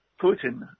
Putin